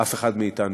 אף אחד מאתנו